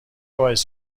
باعث